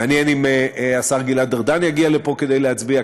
מעניין אם השר גלעד ארדן יגיע לפה כדי להצביע,